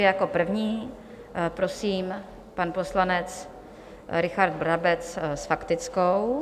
Jako první prosím pan poslanec Richard Brabec s faktickou.